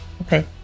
okay